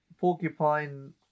porcupine